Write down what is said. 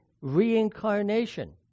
reincarnation